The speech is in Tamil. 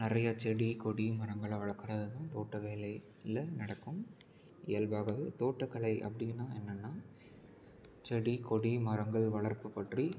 நிறையா செடி கொடி மரங்களை வளர்க்கறதும் தோட்ட வேலையில் நடக்கும் இயல்பாகவே தோட்டக்கலை அப்படின்னா என்னென்னா செடி கொடி மரங்கள் வளர்ப்பு பற்றி